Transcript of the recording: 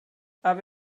aber